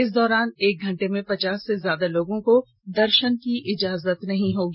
इस दौरान एक घंटे में पचास से ज्यादा लोगों को दर्शन करने की इजाजत नहीं मिलेगी